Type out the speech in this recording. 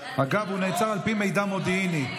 אגב, הוא נעצר על פי מידע מודיעיני.